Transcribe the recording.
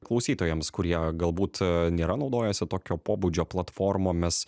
klausytojams kurie galbūt nėra naudojęsi tokio pobūdžio platformomis